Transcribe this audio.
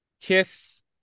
kiss